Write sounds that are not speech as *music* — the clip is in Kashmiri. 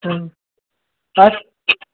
*unintelligible*